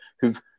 who've